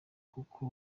kuko